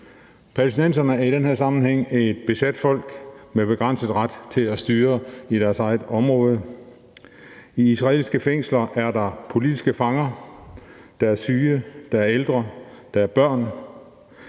Palæstinenserne er i den her sammenhæng et besat folk med begrænset ret til at styre i deres eget område. I israelske fængsler er der politiske fanger, og der er syge, der er ældre, der er børn.